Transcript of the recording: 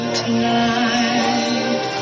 tonight